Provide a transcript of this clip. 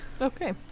Okay